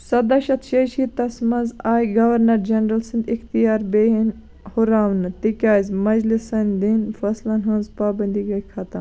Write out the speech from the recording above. ژۄداہ شٮ۪تھ شے شیٖتَس منٛز آیہِ گوَرنَر جَنرَل سٕنٛدۍ اختیار بیٚیہِ ہٕن ہُراونہٕ تِکیٛازِ مجلِسَن دِنۍ فٲصلن ہٕنٛز پابندی گٔے ختم